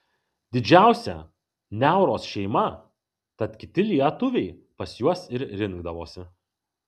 didžiausia niauros šeima tad kiti lietuviai pas juos ir rinkdavosi